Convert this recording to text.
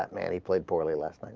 many played poorly left like